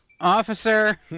Officer